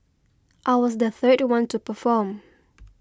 I was the third one to perform